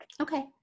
Okay